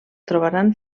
trobaran